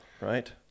right